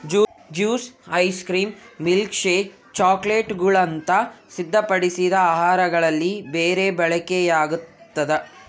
juice ice cream milkshake ಚಾಕೊಲೇಟ್ಗುಳಂತ ಸಿದ್ಧಪಡಿಸಿದ ಆಹಾರಗಳಲ್ಲಿ ಬೆರಿ ಬಳಕೆಯಾಗ್ತದ